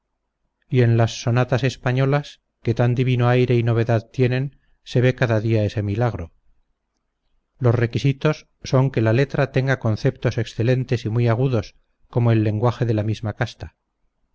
y en las sonatas españolas que tan divino aire y novedad tienen se ve cada día ese milagro los requisitos son que la letra tenga conceptos excelentes y muy agudos como el lenguaje de la misma casta